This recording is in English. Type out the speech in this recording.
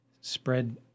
spread